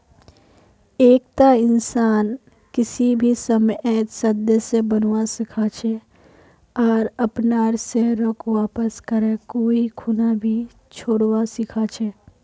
एकता इंसान किसी भी समयेत सदस्य बनवा सीखा छे आर अपनार शेयरक वापस करे कोई खूना भी छोरवा सीखा छै